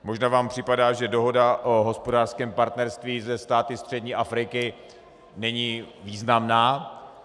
Možná vám připadá, že dohoda o hospodářském partnerství se státy střední Afriky není významná.